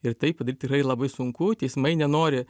ir tai padaryti tikrai labai sunku teismai nenori